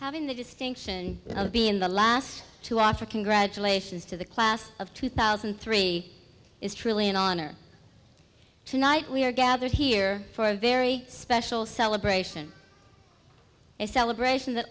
having the distinction of being the last to offer congratulations to the class of two thousand and three it's truly an honor tonight we are gathered here for a very special celebration a celebration that